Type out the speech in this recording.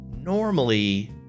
Normally